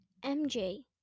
MJ